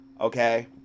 okay